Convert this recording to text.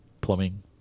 plumbing